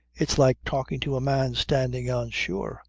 it's like talking to a man standing on shore.